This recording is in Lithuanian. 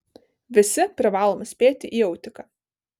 visi privalom spėti į autiką